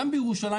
גם בירושלים,